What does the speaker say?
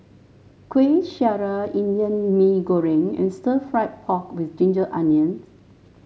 Kuih Syara Indian Mee Goreng and Stir Fried Pork with Ginger Onions